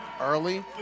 early